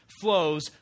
flows